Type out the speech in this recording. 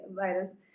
virus